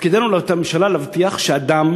תפקידנו בממשלה להבטיח שאדם